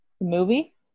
movie